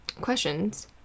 questions